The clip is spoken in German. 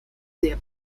sehr